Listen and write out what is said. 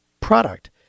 product